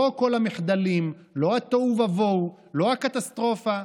לא כל המחדלים, לא התוהו ובוהו, לא הקטסטרופה,